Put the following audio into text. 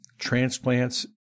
Transplants